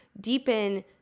deepen